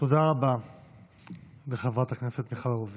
תודה רבה לחברת הכנסת מיכל רוזין.